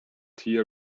tea